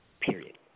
Period